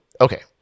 Okay